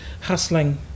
hustling